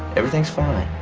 everything's fine,